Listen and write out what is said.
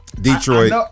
Detroit